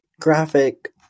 graphic